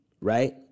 Right